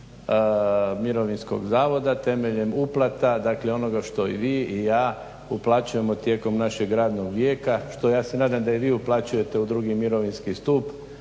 Mirovinskog zavoda temeljem uplata, dakle onoga što i vi i ja uplaćujemo tijekom našeg radnog vijeka što ja se nadam da i vi uplaćujete u drugi mirovinski stup